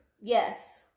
Yes